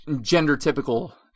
gender-typical